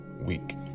week